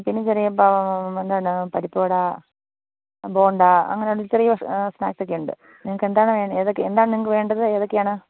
പിന്നെ ചെറിയ എന്താണ് പരിപ്പ് വട ബോണ്ട അങ്ങനെയുള്ള ചെറിയ സ്നാക്സൊക്കെ ഉണ്ട് നിങ്ങൾക്ക് എന്താണ് വേണ്ടത് ഏതൊക്കെ എന്താണ് നിങ്ങൾക്ക് വേണ്ടത് ഏതൊക്കെയാണ്